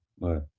Right